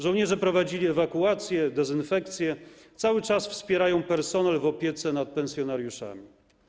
Żołnierze prowadzili ewakuacje, dezynfekcje, cały czas wspierają personel w opiece nad pensjonariuszami.